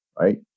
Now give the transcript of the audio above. right